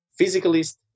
Physicalist